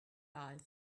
life